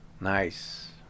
Nice